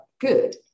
good